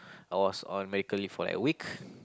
I was on medical leave for like a week